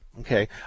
Okay